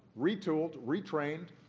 retooled, retrained,